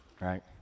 right